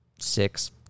six